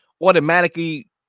automatically